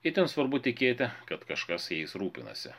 itin svarbu tikėti kad kažkas jais rūpinasi